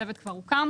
הצוות כבר הוקם.